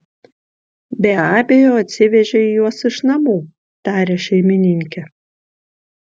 be abejo atsivežei juos iš namų taria šeimininkė